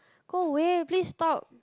go away please stop